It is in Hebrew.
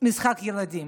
משחק ילדים.